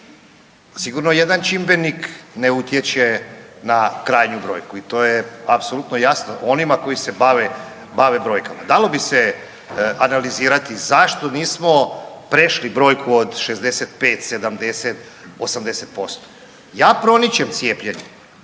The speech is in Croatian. Sigurno jedan čimbenik ne utječe na krajnju brojku i to je apsolutno jasno onima koji se bave brojkama. Dalo bi se analizirati zašto nismo prešli brojku od 67, 70, 80%, ja proničem cijepljenje